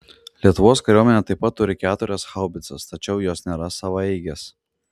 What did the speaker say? lietuvos kariuomenė taip pat turi keturias haubicas tačiau jos nėra savaeigės